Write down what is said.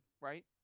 right